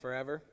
Forever